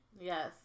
Yes